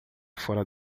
fora